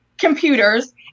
computers